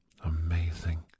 amazing